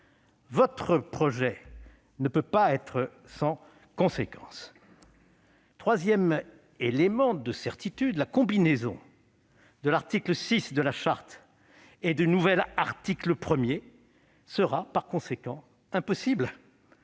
votre projet ne peut pas être sans conséquence. Un troisième élément de certitude tient à ce que la combinaison de l'article 6 de la Charte et du nouvel article 1 sera par conséquent impossible.